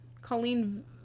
colleen